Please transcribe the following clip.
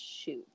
shoot